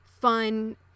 fun